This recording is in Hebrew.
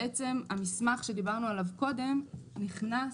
בעצם המסמך שדיברנו עליו קודם נכנס,